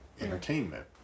entertainment